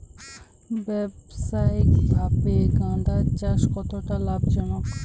ব্যবসায়িকভাবে গাঁদার চাষ কতটা লাভজনক?